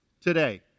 today